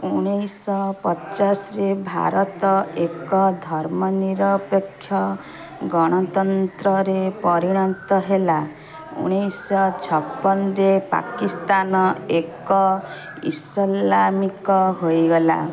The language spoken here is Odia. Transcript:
ଉଣେଇଶଶହ ପଚାଶରେ ଭାରତ ଏକ ଧର୍ମନିରପେକ୍ଷ ଗଣତନ୍ତ୍ରରେ ପରିଣତ ହେଲା ଉଣେଇଶଶହ ଛପନରେ ପାକିସ୍ତାନ ଏକ ଇସଲାମିଲକ୍ ହୋଇଗଲା